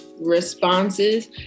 responses